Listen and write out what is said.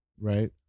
Right